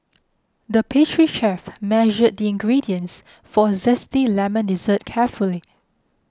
the pastry chef measured the ingredients for a Zesty Lemon Dessert carefully